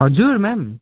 हजुर म्याम